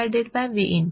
707Vout Vin